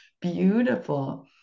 Beautiful